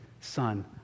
son